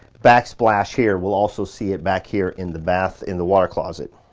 backsplash here. we'll also see it back here in the bath, in the water closet.